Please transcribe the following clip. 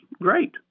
great